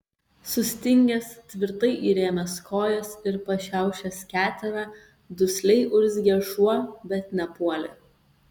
sustingęs tvirtai įrėmęs kojas ir pašiaušęs keterą dusliai urzgė šuo bet nepuolė